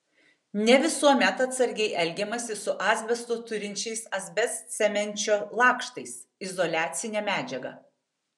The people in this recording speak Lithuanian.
ne visuomet atsargiai elgiamasi su asbesto turinčiais asbestcemenčio lakštais izoliacine medžiaga